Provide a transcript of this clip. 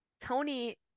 Tony